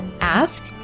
Ask